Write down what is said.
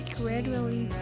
gradually